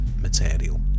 material